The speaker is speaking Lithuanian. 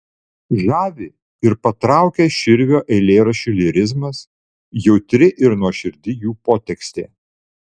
žavi ir patraukia širvio eilėraščių lyrizmas jautri ir nuoširdi jų potekstė